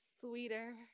sweeter